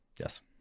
Yes